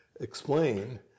explain